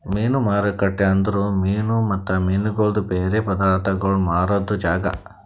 ಮೀನು ಮಾರುಕಟ್ಟೆ ಅಂದುರ್ ಮೀನು ಮತ್ತ ಮೀನಗೊಳ್ದು ಬೇರೆ ಪದಾರ್ಥಗೋಳ್ ಮಾರಾದ್ ಜಾಗ